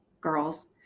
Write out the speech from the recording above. girls